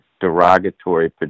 derogatory